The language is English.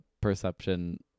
perception